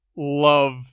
love